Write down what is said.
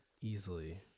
easily